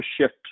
shift